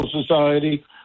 Society